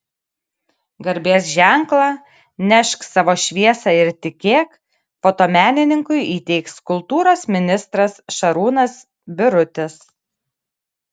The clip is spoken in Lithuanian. garbės ženklą nešk savo šviesą ir tikėk fotomenininkui įteiks kultūros ministras šarūnas birutis